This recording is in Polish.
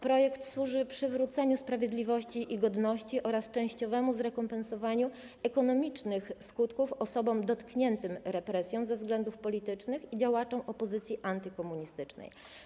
Projekt służy przywróceniu sprawiedliwości i godności oraz częściowemu zrekompensowaniu negatywnych skutków ekonomicznych osobom dotkniętym represją ze względów politycznych i działaczom opozycji antykomunistycznej.